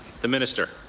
the minister.